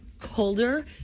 colder